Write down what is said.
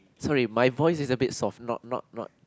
sorry my voice is a bit soft not not not